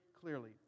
clearly